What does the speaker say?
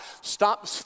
Stop